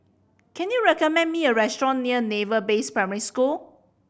can you recommend me a restaurant near Naval Base Primary School